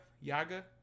Yaga